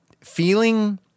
feeling